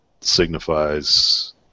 signifies